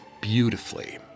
beautifully